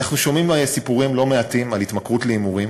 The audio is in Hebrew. אנחנו שומעים הרי סיפורים לא מעטים על התמכרות להימורים,